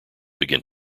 began